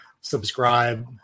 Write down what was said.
subscribe